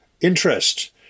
interest